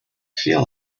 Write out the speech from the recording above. feel